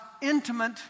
intimate